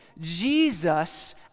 Jesus